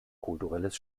kulturelles